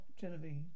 Genevieve